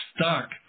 stuck